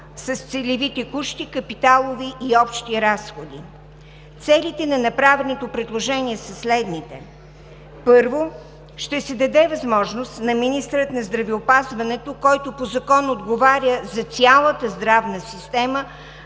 с целеви текущи капиталови и общи разходи. Целите на направеното предложение са следните: първо, ще се даде възможност на министъра на здравеопазването, който по закон отговаря за цялата здравна система,